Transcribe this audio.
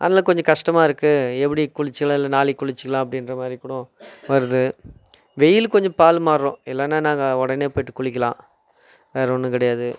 அதனால கொஞ்சம் கஷ்டமாக இருக்கு எப்படி குளிச்சிக்கலாம் இல்லை நாளைக்கு குளிச்சிக்கலாம் அப்படின்றமாரிகூடம் வருது வெயில் கொஞ்சம் பால் மாறும் இல்லைனா நாங்கள் உடனே போயிவிட்டு குளிக்கலாம் வேறு ஒன்றும் கிடையாது